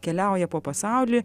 keliauja po pasaulį